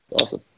awesome